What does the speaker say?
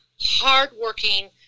hardworking